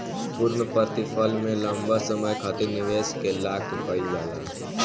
पूर्णप्रतिफल में लंबा समय खातिर निवेश के लाक कईल जाला